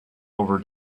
over